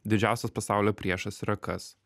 didžiausias pasaulio priešas yra kas